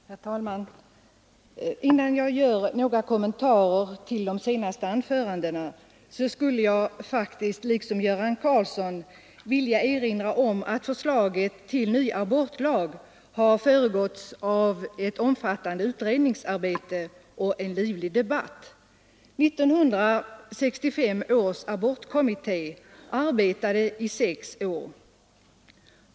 Herr talman! Innan jag gör några kommentarer till de senaste anförandena skulle jag liksom herr Karlsson i Huskvarna vilja erinra om att förslaget till ny abortlag har föregåtts av ett omfattande utredningsarbete och en livlig debatt. 1965 års abortkommitté arbetade i sex år.